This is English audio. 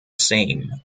same